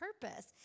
purpose